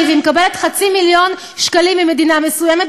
והיא מקבלת חצי מיליון שקלים ממדינה מסוימת,